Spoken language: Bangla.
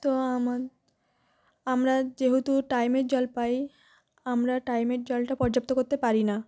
তো আমার আমরা যেহেতু টাইমের জল পাই আমরা টাইমের জলটা পর্যাপ্ত করতে পারি না